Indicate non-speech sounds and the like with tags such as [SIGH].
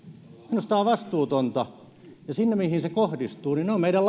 minusta tämä on vastuutonta ja sehän kohdistuu meidän [UNINTELLIGIBLE]